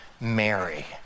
Mary